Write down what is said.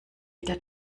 wieder